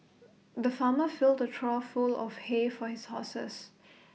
the farmer filled A trough full of hay for his horses